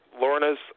Lorna's